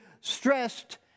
stressed